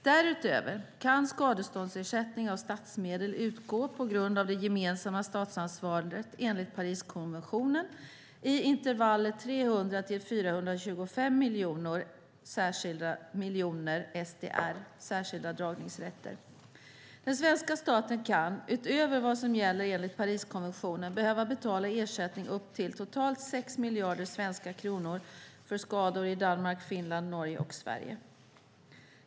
Därutöver kan skadeståndsersättning av statsmedel utgå på grund av det gemensamma statsansvaret enligt Pariskonventionen i intervallet 300-425 miljoner SDR, särskilda dragningsrätter. Den svenska staten kan, utöver vad som gäller enligt Pariskonventionen, behöva betala ersättning upp till totalt 6 miljarder svenska kronor för skador i Danmark, Finland, Norge och Sverige.